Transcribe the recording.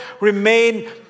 remain